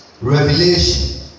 revelation